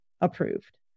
approved